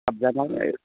साबजा थाव